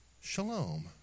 Shalom